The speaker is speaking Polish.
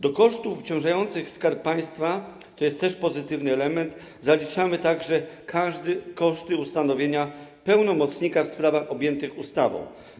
Do kosztów obciążających Skarb Państwa - to też jest pozytywny element - zaliczamy także koszty ustanowienia pełnomocnika w sprawach objętych ustawą.